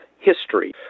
history